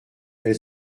elle